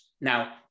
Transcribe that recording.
Now